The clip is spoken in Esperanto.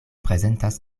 prezentas